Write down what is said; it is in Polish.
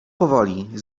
powoli